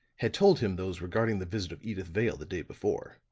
had told him those regarding the visit of edyth vale the day before.